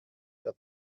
der